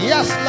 Yes